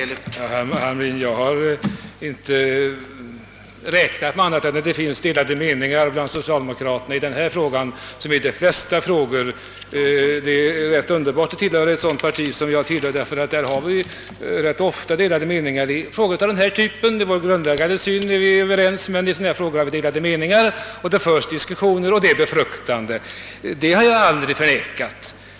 Herr talman! Jag har inte räknat med annat än att det finns delade meningar bland socialdemokraterna i denna fråga liksom i de flesta andra frågor. Det är rätt underbart att tillhöra ett sådant parti som det jag tillhör; när det gäller grundläggande ting är vi överens men i frågor av denna typ har vi ganska ofta delade meningar. Det förs diskussioner, och det är befruktande. Detta har jag aldrig förnekat.